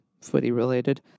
footy-related